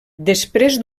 després